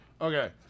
Okay